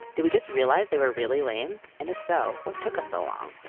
did we just realize they were really lame, and if so, what took us so long?